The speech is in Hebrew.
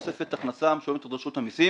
תוספת הכנסה המשולמת על ידי רשות המסים